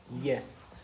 Yes